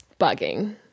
bugging